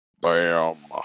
Bam